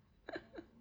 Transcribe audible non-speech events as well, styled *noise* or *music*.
*laughs*